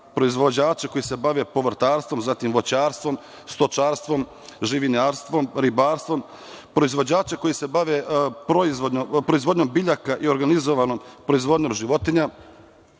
proizvođače koji se bave povrtarstvom, zatim voćarstvom, stočarstvom, živinarstvom, ribarstvom, proizvođače koji se bave proizvodnjom biljaka i organizovanom proizvodnjom životinja